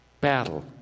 battle